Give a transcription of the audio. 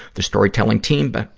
the storytelling team but